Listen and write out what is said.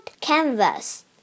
canvas